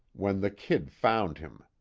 when the kid found him.